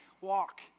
walk